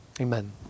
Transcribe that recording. Amen